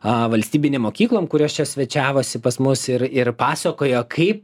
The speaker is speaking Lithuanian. valstybinėm mokyklom kurios čia svečiavosi pas mus ir ir pasakojo kaip